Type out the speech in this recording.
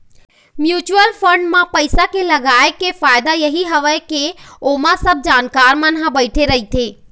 mutual fund म पइसा के लगई के फायदा यही हवय के ओमा सब जानकार मन ह बइठे रहिथे